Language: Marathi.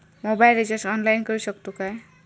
मोबाईल रिचार्ज ऑनलाइन करुक शकतू काय?